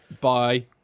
Bye